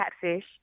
catfish